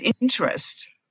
interest